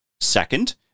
Second